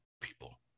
people